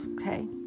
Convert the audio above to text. Okay